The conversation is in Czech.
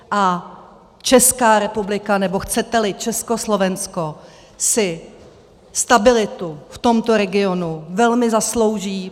A Česká republika, nebo chceteli Československo, si stabilitu v tomto regionu velmi zaslouží.